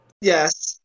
Yes